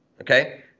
okay